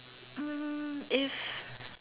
um if